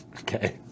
Okay